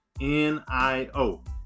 NIO